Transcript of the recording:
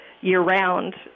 year-round